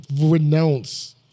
renounce